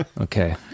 Okay